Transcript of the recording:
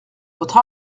votre